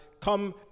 come